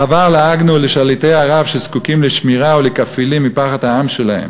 בעבר לעגנו לשליטי ערב שזקוקים לשמירה ולכפילים מפחד העם שלהם.